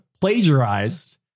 plagiarized